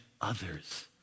others